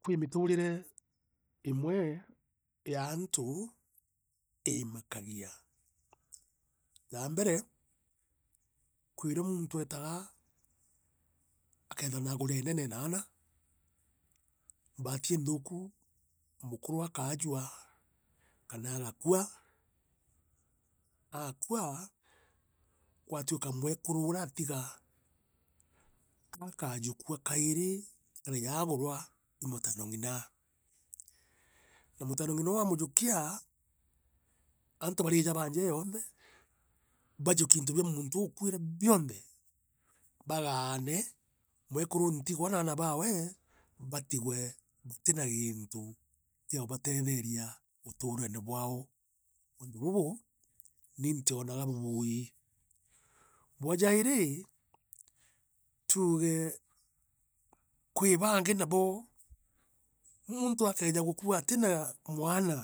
Kwi mituurire imwe ya aantu imakagia yaambare kwirio eetaga akethira naagurene ne ena aana mbaati iinthu iru, mukuru akaajua kana agukua. Aakua gwaituika mwekuru uria atiga kaakajukua kaivi akare ja agurwa i mutanongina. Na mutanongina uu aamujukia, aantu barija ba nja ii yonthe bajukie into bia muntu uu ukuire bionthe bagaane mwekuru ntigwa na aana bawe batigwe batina giintu kiubateetheria uturone bwao. Uuntu bubu ni ntionaga bubuui, bwa jairi tuuge kwi baangi nabo muuntu akeeja gukua atina mwana